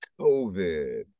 COVID